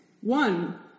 One